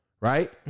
right